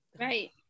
Right